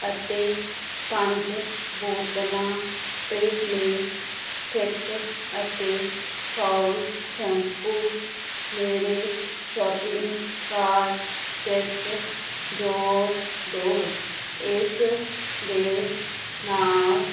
ਅਤੇ ਪੰਜ ਬੋਤਲਾਂ ਟ੍ਰਿਸਮੇ ਥਿਕ ਅਤੇ ਫੂਲ ਸ਼ੈਂਪੂ ਮੇਰੇ ਸ਼ੋਪਿੰਗ ਕਾਰਟ ਵਿੱਚ ਜੋੜ ਦੋ ਇਸ ਦੇ ਨਾਲ